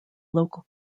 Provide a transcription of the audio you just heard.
local